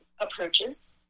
approaches